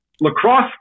lacrosse